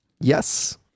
Yes